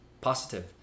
positive